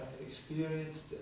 experienced